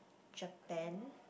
Japan